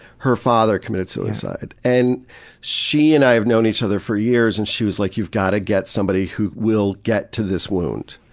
her father committed suicide. and she and i have known each other for years and she was like, you've gotta get somebody who will get to this wound.